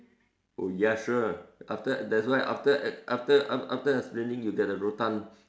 oh ya sure after that's why after after after explaining you get a rotan